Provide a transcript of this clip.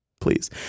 please